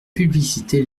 publicité